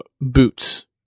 boots